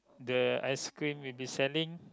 the ice cream will be selling